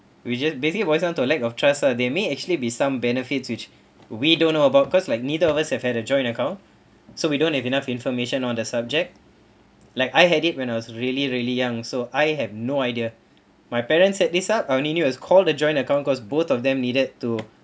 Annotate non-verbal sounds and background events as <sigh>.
we just basically it boils down to the lack of trust ah there may actually be some benefits which <breath> we don't know about cause like neither of us have had a joint account <breath> so we don't have enough information on the subject like I had it when I was really really young so I have no idea <breath> my parents set this up I only knew as called the joint account cause both of them needed to